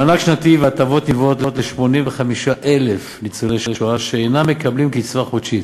מענק שנתי והטבות נלוות ל-85,000 ניצולי שואה שאינם מקבלים קצבה חודשית,